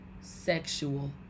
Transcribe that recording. sexual